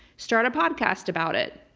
start a podcast about it,